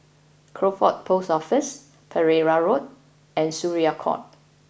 Crawford Post Office Pereira Road and Syariah Court